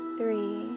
three